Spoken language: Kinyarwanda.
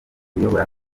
uyobora